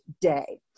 day